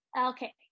Okay